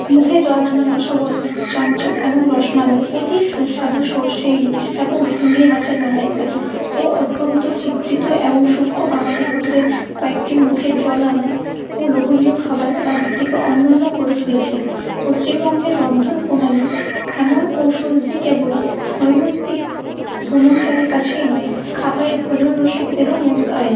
মুখে জল আনা রসগোল্লা চমচম এবং রসমালাই অতি সুস্বাদু সরষে ইলিশ এবং চিংড়ি মাছের মালাইকারি অত্যন্ত চিত্রিত এবং সূক্ষ্ম বাঙালি খাবারের কয়েকটি মুখের জল আনা ও লোভনীয় খাবার রাজ্যটিকে অনন্য করে তুলেছে পশ্চিমবঙ্গের রন্ধন প্রণালী এমন কৌশল যে কেবল ওই ভ্রমনকারীর কাছেই নয় খাবারের ভোজন রসিকদেরও মন গায়